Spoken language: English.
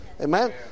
Amen